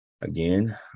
again